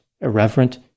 irreverent